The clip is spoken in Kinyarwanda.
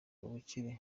ubukire